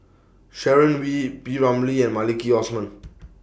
Sharon Wee P Ramlee and Maliki Osman